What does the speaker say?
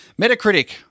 Metacritic